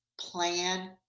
Plan